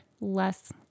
less